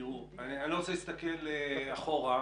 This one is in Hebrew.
תראו, אני לא רוצה להסתכל אחורה.